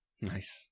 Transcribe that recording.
Nice